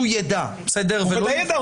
כדי שהוא ידע --- הוא ודאי ידע,